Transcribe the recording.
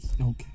Okay